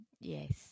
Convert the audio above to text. yes